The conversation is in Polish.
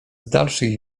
dalszych